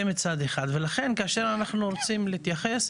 לכן כאשר אנחנו רוצים להתייחס,